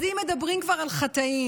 אז אם מדברים כבר על חטאים,